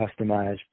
customized